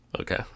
Okay